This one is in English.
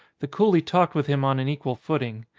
the coolie talked with him on an equal footing.